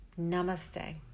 Namaste